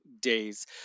days